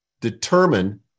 determine